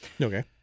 okay